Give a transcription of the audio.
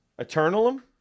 Eternalum